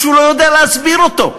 כשהוא לא יודע להסביר אותו.